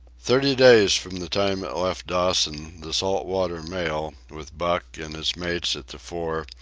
thirty days from the time it left dawson, the salt water mail, with buck and his mates at the fore,